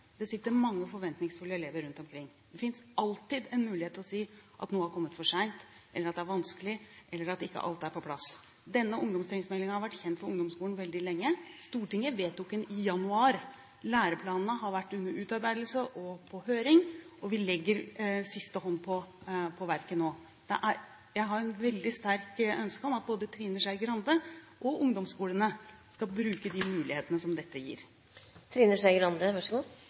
Det sitter mange forventningsfulle elever rundt omkring. Det finnes alltid en mulighet for å si at noe har kommet for sent, eller at det er vanskelig, eller at ikke alt er på plass. Denne ungdomstrinnsmeldingen har vært kjent for ungdomsskolen veldig lenge. Stortinget behandlet den i januar og gjorde vedtak i den forbindelse, læreplanene har vært under utarbeidelse og på høring, og vi legger siste hånd på verket nå. Jeg har et veldig sterkt ønske om at både Trine Skei Grande og ungdomsskolene skal bruke de mulighetene som dette